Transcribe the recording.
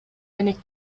айнек